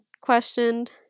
questioned